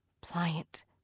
pliant